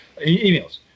Emails